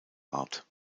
rat